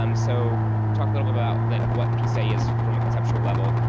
um so we talked a little bit about what pcie is from a conceptual level.